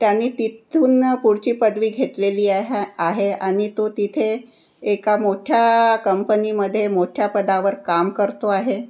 त्यानी तिथून पुढची पदवी घेतलेली आहे आहे आणि तो तिथे एका मोठ्या कंपनीमध्ये मोठ्या पदावर काम करतो आहे